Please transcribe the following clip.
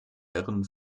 herren